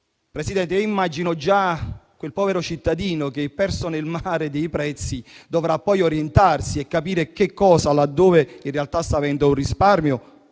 Presidente, immagino già il povero cittadino che, perso nel mare dei prezzi, dovrà poi orientarsi e capire dove in realtà sta risparmiando